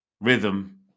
Rhythm